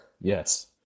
Yes